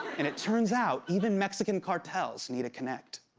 and it turns out even mexican cartels need a connect.